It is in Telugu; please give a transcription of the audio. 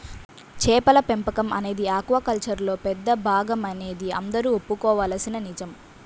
చేపల పెంపకం అనేది ఆక్వాకల్చర్లో పెద్ద భాగమనేది అందరూ ఒప్పుకోవలసిన నిజం